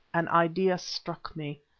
an idea struck me.